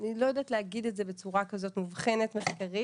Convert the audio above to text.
אני לא יודעת להגיד את זה בצורה כזאת מאובחנת מחקרית,